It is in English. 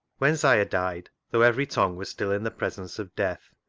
when siah died, though every tongue was still in the presence of death,